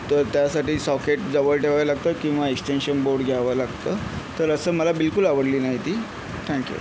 तर त्यासाठी सॉकेटजवळ ठेवावं लागतं किंवा एक्सटेंशन बोर्ड घ्यावा लागतो तर असं मला बिलकुल आवडली नाही ती थँक्यू